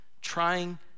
trying